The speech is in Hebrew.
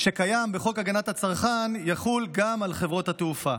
שקיים בחוק הגנת הצרכן יחול גם על חברות התעופה.